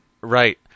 Right